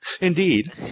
Indeed